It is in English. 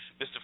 Mr